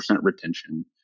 retention